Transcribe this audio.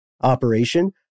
operation